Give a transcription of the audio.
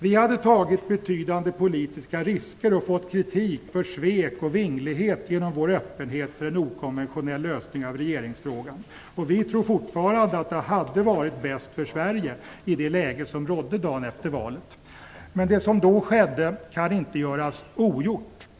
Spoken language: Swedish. Vi hade tagit betydande politiska risker och fått kritik för svek och vinglighet genom vår öppenhet för en okonventionell lösning av regeringsfrågan. Vi tror fortfarande att det hade varit bäst för Sverige i det läge som rådde dagen efter valet. Men det som då skedde kan inte göras ogjort.